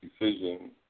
decision